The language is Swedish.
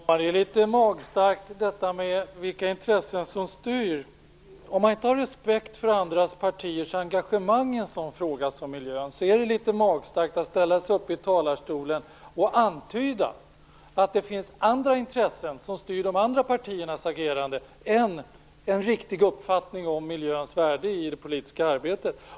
Herr talman! Det är litet magstarkt detta med vilka intressen som styr. Om man inte har respekt för andra partiers engagemang i en sådan fråga som miljön, är det litet magstarkt att ställa sig i talarstolen och antyda att det finns andra intressen som styr de andra partiernas agerande än en riktig uppfattning om miljöns värde i det politiska arbetet.